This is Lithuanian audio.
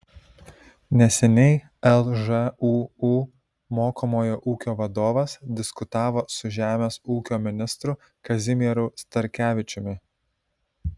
neseniai lžūu mokomojo ūkio vadovas diskutavo su žemės ūkio ministru kazimieru starkevičiumi